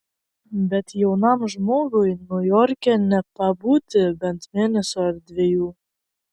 bet jaunam žmogui niujorke nepabūti bent mėnesio ar dviejų